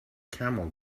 camel